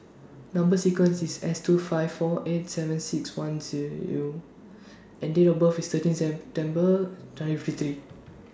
Number sequence IS S two five four eight seven six one C U and Date of birth IS thirteen's twenty fifty